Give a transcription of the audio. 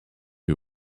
who